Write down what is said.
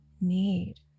need